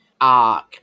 arc